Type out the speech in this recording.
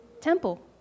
temple